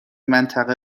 منطقه